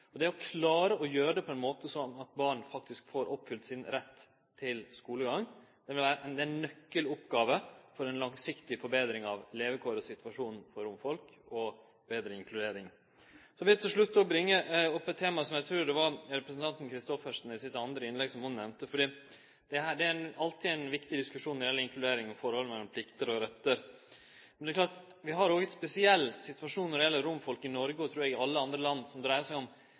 Å klare å gjere det på ein slik måte at barn faktisk får oppfylt retten til skulegang, vil vere ei nøkkeloppgåve med omsyn til ei langsiktig betring av levekåra og situasjonen til romfolket og betre inkludering. Til slutt vil eg bringe opp eit tema som eg trur representanten Christoffersen nemnde i det andre innlegget sitt. Inkludering og forholdet mellom plikter og rettar er alltid ein viktig diskusjon. Men det er klart at det er ein spesiell situasjon for romfolket i Noreg, og eg trur i alle andre land, og det dreiar seg om